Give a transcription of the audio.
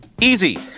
Easy